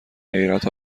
حیرت